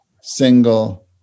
single